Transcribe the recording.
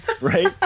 right